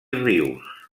rius